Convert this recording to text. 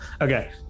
Okay